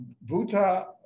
Buddha